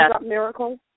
Miracle